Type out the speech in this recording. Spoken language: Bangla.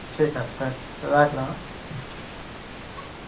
ঠিক আছে রাখ রাখলাম হ্যাঁ